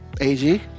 AG